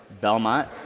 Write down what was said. Belmont